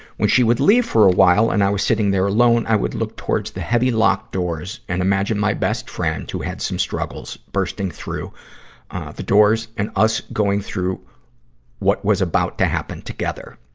when she would leave for a while and i was sitting there alone, i would look towards the heavy locked doors and imagine my best friend who had had some struggles bursting through the doors and us going through what was about to happen together.